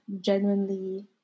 genuinely